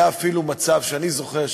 היה אפילו מצב שאני זוכר,